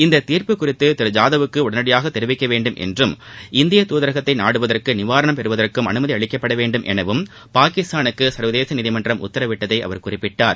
இந்த தீர்ப்பு குறித்து திரு ஜாதவுக்கு உடனடியாக தெரிவிக்கவேண்டும் என்றும் இந்திய துதரகத்தை நாடுவதற்கும் நிவாரணம் பெறுவதற்கும் அனுமதி அளிக்கப்படவேண்டும் எனவும் பாகிஸ்தானுக்கு சர்வதேச நீதிமனறம் உத்தரவிட்டதை அவர் குறிப்பிட்டார்